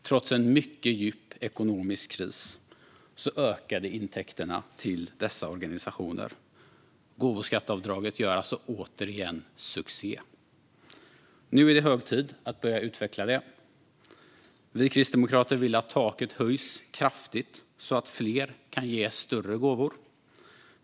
Trots en mycket djup ekonomisk kris ökade intäkterna till dessa organisationer. Gåvoskatteavdraget gör alltså återigen succé! Nu är det hög tid att börja utveckla det. Vi kristdemokrater vill att taket höjs kraftigt så att fler kan ge större gåvor.